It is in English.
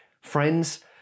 Friends